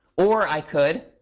or i could,